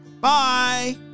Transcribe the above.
Bye